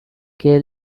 cale